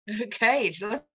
Okay